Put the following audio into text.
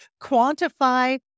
quantify